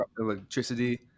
electricity